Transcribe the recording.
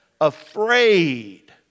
afraid